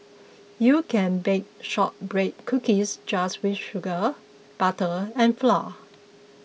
you can bake Shortbread Cookies just with sugar butter and flour